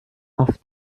auf